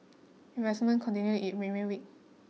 investment continue it remain weak